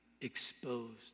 exposed